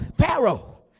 Pharaoh